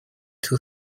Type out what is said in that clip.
two